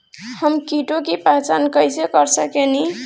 हम कीटों की पहचान कईसे कर सकेनी?